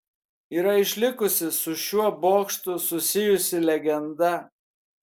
yra išlikusi su šiuo bokštu susijusi legenda